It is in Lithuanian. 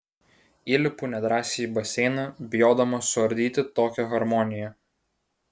įlipu nedrąsiai į baseiną bijodama suardyti tokią harmoniją